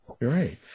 Right